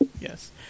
Yes